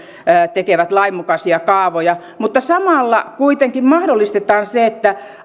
tekevät lainmukaisia kaavoja samalla kuitenkin mahdollistetaan se että